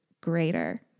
greater